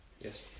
Yes